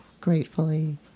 gratefully